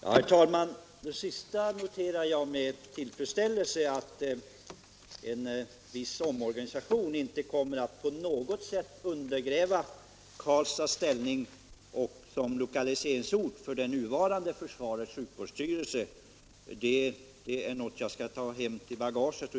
Herr talman! Det sista noterar jag med tillfredsställelse. Det betyder att en viss omorganisation inte på något sätt kommer att försvaga eller undergräva Karlstads ställning som lokaliseringsort för nuvarande försvarets sjukvårdsstyrelse. Detta besked skall jag ta med mig hem i bagaget.